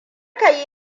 ka